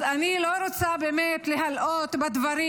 אז אני לא רוצה באמת להלאות בדברים.